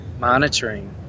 monitoring